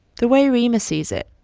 the way reema sees it,